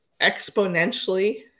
exponentially